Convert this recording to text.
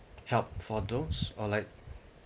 help for those or like